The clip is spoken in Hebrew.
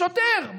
שוטר,